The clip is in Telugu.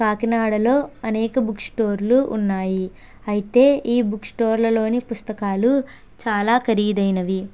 కాకినాడలో అనేక బుక్ స్టోర్లు ఉన్నాయి అయితే ఈ బుక్ స్టోర్లలోని పుస్తకాలు చాలా ఖరీదైనవి